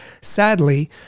sadly